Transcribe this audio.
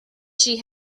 she